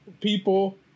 people